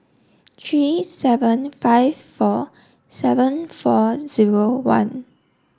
three seven five four seven four zero one